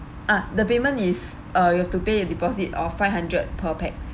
ah the payment is uh you have to pay a deposit of five hundred per pax